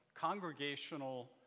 congregational